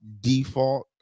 default